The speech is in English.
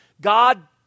God